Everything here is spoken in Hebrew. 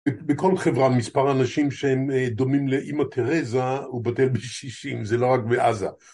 בכל חברה, מספר האנשים שהם דומים לאימא תרזה הוא בטל בשישים, זה לא רק בעזה.